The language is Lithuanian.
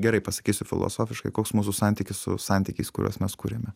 gerai pasakysiu filosofiškai koks mūsų santykis su santykiais kuriuos mes kuriame